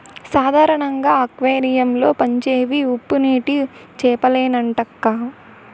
సాధారణంగా అక్వేరియం లో పెంచేవి ఉప్పునీటి చేపలేనంటక్కా